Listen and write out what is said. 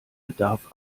bedarf